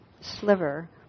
sliver